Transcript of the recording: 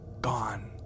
gone